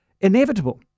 inevitable